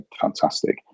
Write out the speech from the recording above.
fantastic